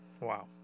wow